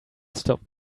stop